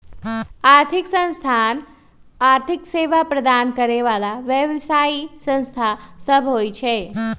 आर्थिक संस्थान आर्थिक सेवा प्रदान करे बला व्यवसायि संस्था सब होइ छै